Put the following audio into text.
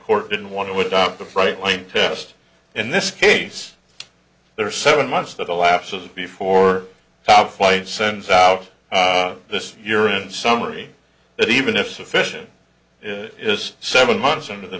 court didn't want to adopt the frightening test in this case there are seven months that a lapse of before top flight sends out this year in summary that even if sufficient is seven months into the